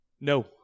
No